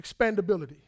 expandability